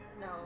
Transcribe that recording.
No